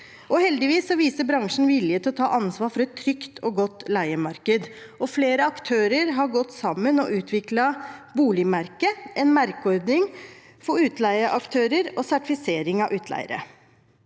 Heldigvis viser bransjen vilje til å ta ansvar for et trygt og godt leiemarked. Flere aktører har gått sammen og utviklet Boligmerket, en merkeordning for utleieaktører og sertifisering av utleiere.